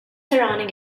surrounding